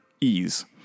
ease